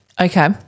Okay